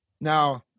Now